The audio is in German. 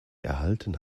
erhalten